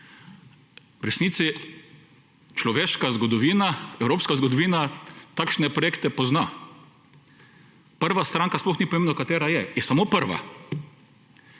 v resnici človeška zgodovina, evropska zgodovina takšne projekte pozna. Prva stranka sploh ni pomembno katera je, je samo prva